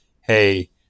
hey